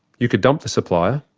you could dump the supplier,